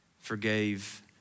forgave